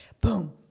Boom